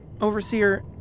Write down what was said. Overseer